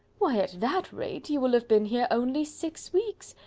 why, at that rate, you will have been here only six weeks.